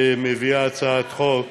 שמביאה הצעת חוק